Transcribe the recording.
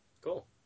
Cool